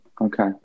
Okay